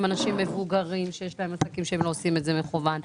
עם אנשים מבוגרים שיש להם עסקים שהם לא עושים את זה מקוון?